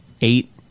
Eight